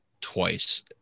twice